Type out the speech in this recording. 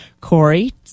Corey